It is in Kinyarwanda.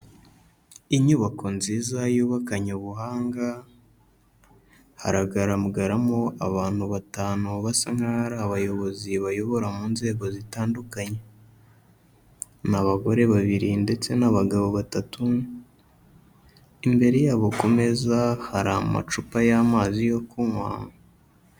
Inyubako nziza yubakanye ubuhanga, haragaragaramo abantu batanu basa nk'aho ari abayobozi bayobora mu nzego zitandukanye, abagore babiri, ndetse n'abagabo batatu, imbere yabo ku meza hari amacupa y'amazi yo kunywa.